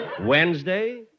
Wednesday